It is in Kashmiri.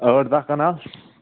ٲٹھ دہ کنال